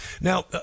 Now